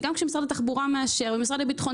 שגם כשמשרד התחבורה מאשר והמשרד לביטחון